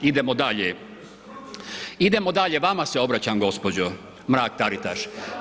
Idemo dalje, …... [[Upadica se ne čuje.]] Idemo dalje, vama se obraćam gospođo Mrak Taritaš.